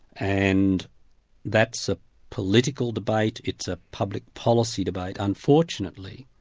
and that's a political debate, it's a public policy debate. unfortunately,